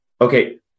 Okay